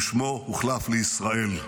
ושמו הוחלף לישראל.